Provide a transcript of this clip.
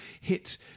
Hit